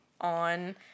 on